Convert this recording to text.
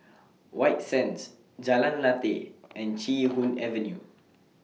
White Sands Jalan Lateh and Chee Hoon Avenue